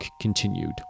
continued